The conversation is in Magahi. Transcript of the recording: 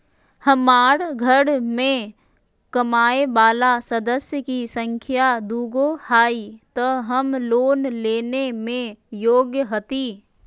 हमार घर मैं कमाए वाला सदस्य की संख्या दुगो हाई त हम लोन लेने में योग्य हती?